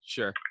Sure